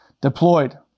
deployed